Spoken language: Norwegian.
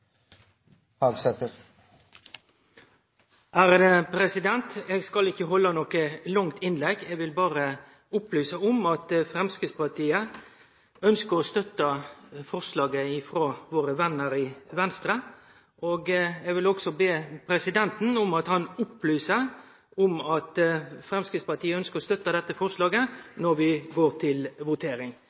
Eg skal ikkje halde noko langt innlegg, eg vil berre opplyse om at vi i Framstegspartiet ønskjer å støtte forslaget frå våre vener i Venstre. Eg vil òg be presidenten om at han opplyser om at Framstegspartiet ønskjer å støtte dette forslaget når vi går til votering,